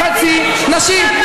חצי נשים.